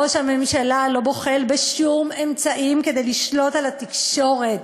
ראש הממשלה לא בוחל בשום אמצעים כדי לשלוט על התקשורת,